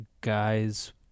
guys